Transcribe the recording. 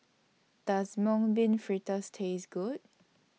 Does Mung Bean Fritters Taste Good